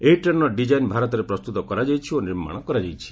ଏହି ଟ୍ରେନ୍ର ଡିଜାଇନ୍ ଭାରତରେ ପ୍ରସ୍ତୁତ କରାଯାଇଛି ଓ ନିର୍ମାଣ କରାଯାଇଛି